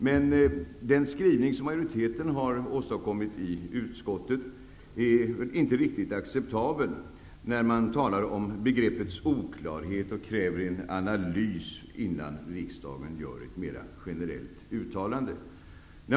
Men den skrivning som majoriteten i utskottet har åstadkommit är inte riktigt aktuell, när man talar om begreppets oklarhet och kräver en analys innan man gör ett mer generellt uttalande.